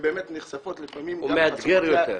הוא מאתגר יותר.